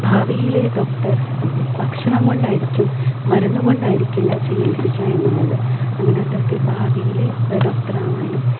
ഭാവിയിലെ ഡോക്ടർ ഭക്ഷണം കൊണ്ടായിരിക്കും മരുന്നുകൊണ്ടായിരിക്കില്ല ചികിത്സിക്കുക എന്നുള്ളത് അങ്ങനെ അത്തരത്തിൽ ഭാവിയിൽ ഒരു ഡോക്ടറാകാനും